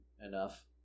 enough